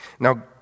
Now